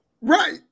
Right